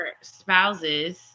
spouses